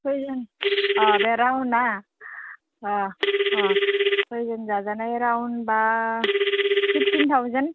सयजोन बे रावन्डआ अ सयजोन जाजानाय रावन्डब्ला फिफटिन थावजेन्ड